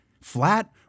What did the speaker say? flat